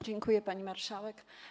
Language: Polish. Dziękuję, pani marszałek.